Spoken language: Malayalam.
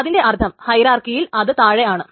അതിന്റെ അർത്ഥം ഹൈറാർക്കിയിൽ അത് താഴെയാണ്